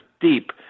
deep